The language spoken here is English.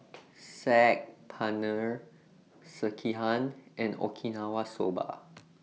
Saag Paneer Sekihan and Okinawa Soba